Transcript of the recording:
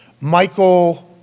Michael